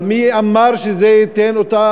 אבל מי אמר שזה ייתן את אותה